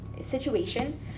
situation